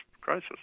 crisis